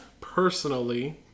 personally